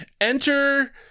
Enter